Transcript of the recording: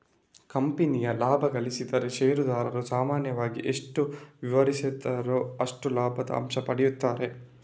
ಕಂಪನಿಯು ಲಾಭ ಗಳಿಸಿದ್ರೆ ಷೇರುದಾರರು ಸಾಮಾನ್ಯವಾಗಿ ಎಷ್ಟು ವಿವರಿಸಿದ್ದಾರೋ ಅಷ್ಟು ಲಾಭದ ಅಂಶ ಪಡೀತಾರೆ